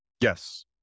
Yes